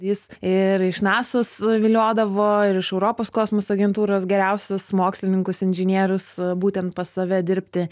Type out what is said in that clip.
jis ir iš nasos viliodavo ir iš europos kosmoso agentūros geriausius mokslininkus inžinierius būtent pas save dirbti